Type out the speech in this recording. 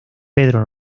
pedro